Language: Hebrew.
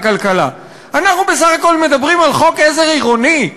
אנחנו בסך הכול מדברים על חוק עזר עירוני.